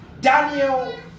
Daniel